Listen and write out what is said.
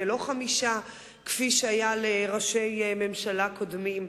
ולא חמישה כפי שהיה לראשי ממשלה קודמים,